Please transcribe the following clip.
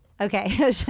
okay